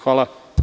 Hvala.